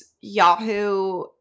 Yahoo